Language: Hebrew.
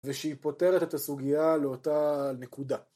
‫ושהיא פותרת את הסוגיה ‫לאותה נקודה.